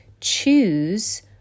choose